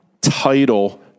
title